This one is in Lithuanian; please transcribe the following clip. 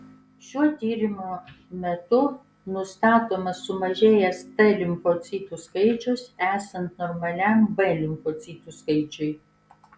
šio tyrimo metu nustatomas sumažėjęs t limfocitų skaičius esant normaliam b limfocitų skaičiui